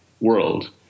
world